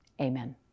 Amen